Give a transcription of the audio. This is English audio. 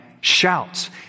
Shouts